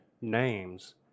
names